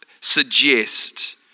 suggest